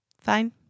Fine